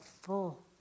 full